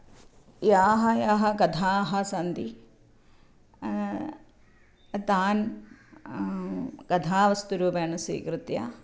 याः याः कथाः सन्ति तान् कथावस्तुरूपेण स्वीकृत्य